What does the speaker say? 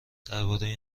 درباره